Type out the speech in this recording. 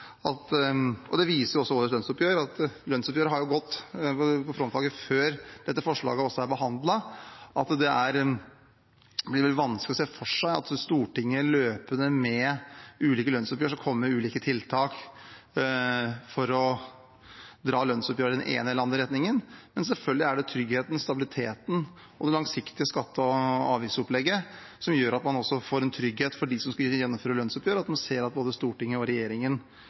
det har gått for frontfaget, også før dette forslaget er behandlet, viser at det blir veldig vanskelig å se for seg at Stortinget løpende, i de ulike lønnsoppgjørene, skal komme med ulike tiltak for å dra lønnsoppgjøret i den ene eller den andre retningen. Men selvfølgelig er det tryggheten, stabiliteten og det langsiktige skatte- og avgiftsopplegget som gjør at man også får en trygghet for dem som skal gjennomføre lønnsoppgjør, og at man ser at både Stortinget og regjeringen